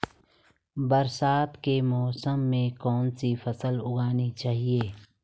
बरसात के मौसम में कौन सी फसल उगानी चाहिए?